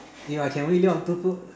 if I can really live on two food